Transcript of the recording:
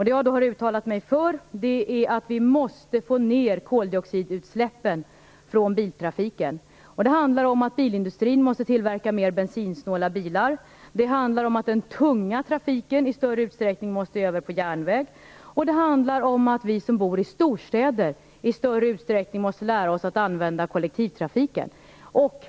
Det jag har uttalat mig för är att vi måste få ner koldioxidutsläppen från biltrafiken. Bilindustrin måste tillverka mer bensinsnåla bilar. Den tunga trafiken måste i större utsträckning över på järnväg, och vi som bor i storstäder måste i större utsträckning lära oss att använda kollektivtrafiken.